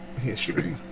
history